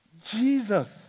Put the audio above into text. Jesus